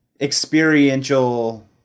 experiential